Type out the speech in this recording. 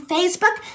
Facebook